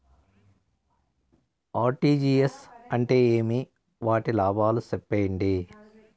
RTGS అంటే ఏమి? వాటి లాభాలు సెప్పండి?